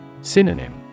Synonym